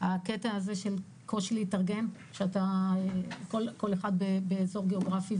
הקושי להתארגן כשכל אחד באזור גאוגרפי,